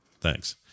thanks